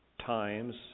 times